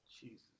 Jesus